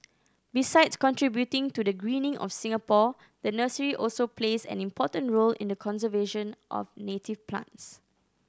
besides contributing to the greening of Singapore the nursery also plays an important role in the conservation of native plants